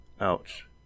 Ouch